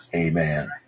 Amen